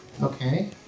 Okay